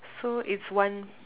so its one